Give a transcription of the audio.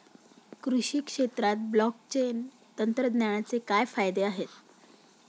कृषी क्षेत्रात ब्लॉकचेन तंत्रज्ञानाचे काय फायदे आहेत?